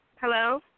Hello